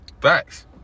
Facts